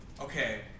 Okay